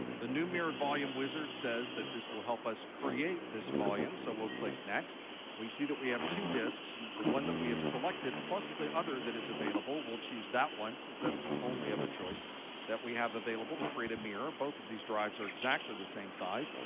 the new mirrored volume wizard says that this will help us create this volume. so we'll click next. and we see that we have two disks the one that we have selected plus the other that is available. we'll choose that one, since that's the only other choice that we have available to create a mirror. both of these drives are exactly the same size.